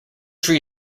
tree